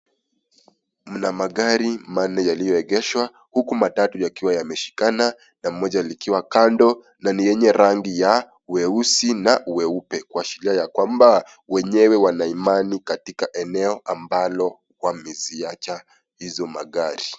Mna magari manne yaliyoegeshwa huku matatu yakiwa yameshikana na moja likiwa kando na ni lenye rangi ya weusi na weupe kuashiria ya kwamba wenyewe wana imani katika eneo ambalo wameziacha hizo magari.